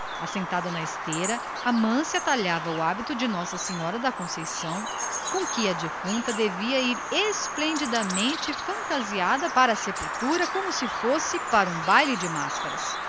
sobre uma esteira amância talhava o hábito de nossa senhora da conceição com que a defunta devia ir vestida à fantasia para a sepultura como se fosse para um baile de máscaras